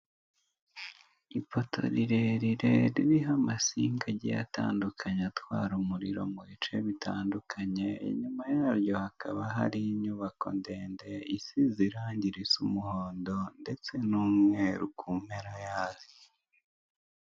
Ipoto rirerire ririho amasinga agiye atandukanye atwara umuriro mu bice bitandukanye, inyuma yaryo hakaba hari inyubako ndende, isize zirangi risa umuhondo, ndetse n'umweru ku mpera yaryo.